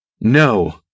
No